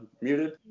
muted